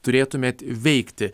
turėtumėt veikti